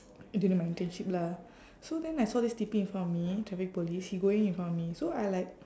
during my internship lah so then I saw this T_P in front of me traffic police he go in in front of me so I like